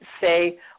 say